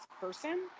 person